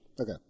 Okay